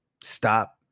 stop